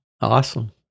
Awesome